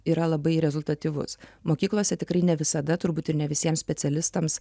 yra labai rezultatyvus mokyklose tikrai ne visada turbūt ir ne visiems specialistams